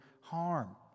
harm